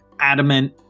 Adamant